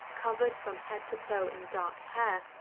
covered from head to toe in dark hair,